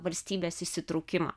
valstybės įsitraukimą